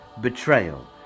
betrayal